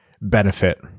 benefit